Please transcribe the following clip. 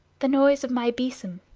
the noise of my besom.